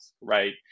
right